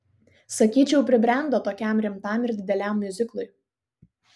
sakyčiau pribrendo tokiam rimtam ir dideliam miuziklui